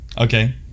Okay